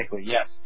yes